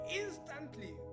instantly